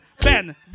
Ben